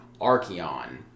Archeon